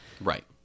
right